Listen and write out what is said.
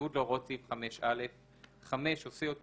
בניגוד להוראות סעיף 5(א); (5)עושה יותר